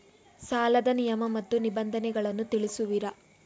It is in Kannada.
ಸಾಲದ ನಿಯಮ ಮತ್ತು ನಿಬಂಧನೆಗಳನ್ನು ತಿಳಿಸುವಿರಾ?